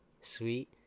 sweet